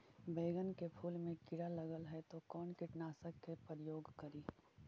बैगन के फुल मे कीड़ा लगल है तो कौन कीटनाशक के प्रयोग करि?